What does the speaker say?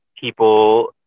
people